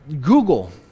Google